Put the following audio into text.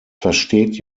versteht